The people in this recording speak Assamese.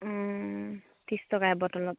ত্ৰিছ টকা এবটলত